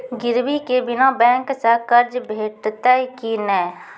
गिरवी के बिना बैंक सऽ कर्ज भेटतै की नै?